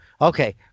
okay